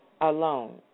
alone